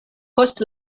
post